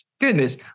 Goodness